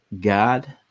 God